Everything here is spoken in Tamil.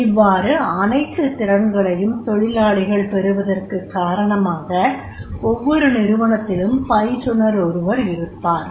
இவ்வாறு அனைத்து திறன்களையும் தொழிலாளிகள் பெறுவதற்குக் காரணமாக ஒவ்வொரு நிறுவனத்திலும் பயிற்றுனர் ஒருவர் இருப்பார்